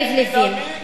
תנאמי,